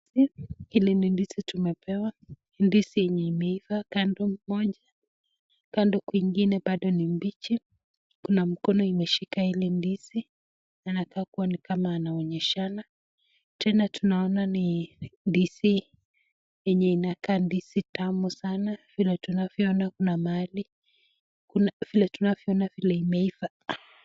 Hii ni ndizi tumeweka. Ndizi yenye imeiva kando moja, kando kwingine bado ni mbichi. Kuna mkono imeshika ile ndizi, na inakaa kuwa ni kama wanaonyeshana. Tena tunaona ni ndizi yenye inakaa ndizi tamu sana, vile tunavyoona kuna mahali, vile tunavyoona vile imeiva.